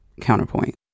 counterpoint